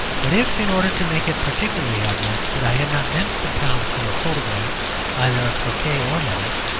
but if, in order to make it particularly obvious that i had not meant the town for a photograph either of torquay or limerick,